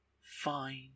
Fine